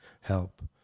help